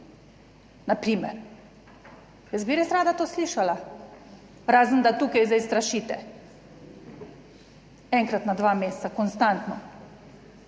na primer? Jaz bi res rada to slišala, razen, da tukaj zdaj strašite, enkrat na dva meseca konstantno